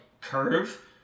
curve